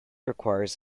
requires